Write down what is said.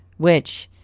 which,